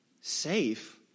safe